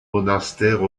monastères